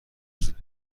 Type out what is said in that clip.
زود